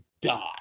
die